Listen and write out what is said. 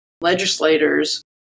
legislators